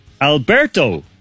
Alberto